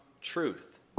truth